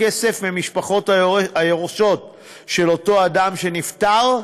כסף ממשפחתו היורשת של אותו אדם שנפטר,